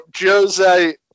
Jose